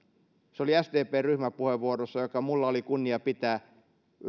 se oli sdpn ryhmäpuheenvuorossa joka minulla oli kunnia pitää